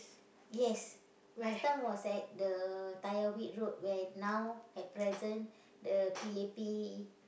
yes last time was at the Tyrwhitt-Road where now at present the P_A_P